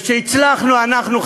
והצלחנו אנחנו,